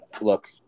look